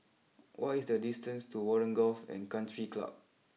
what is the distance to Warren Golf and country Club